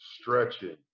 stretching